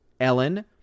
Ellen